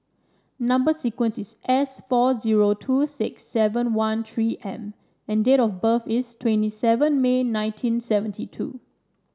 number sequence is S four zero two six seven one three M and date of birth is twenty seven May nineteen seventy two